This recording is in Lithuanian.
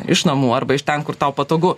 iš namų arba iš ten kur tau patogu